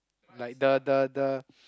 like the the the